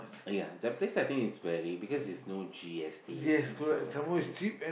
ya the place I think is very because there's no G_S_T in it so I think is